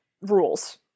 rules